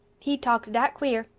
he talks dat queer.